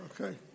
okay